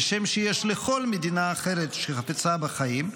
כשם שיש לכל מדינה אחרת שחפצה בחיים,